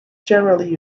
generally